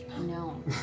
no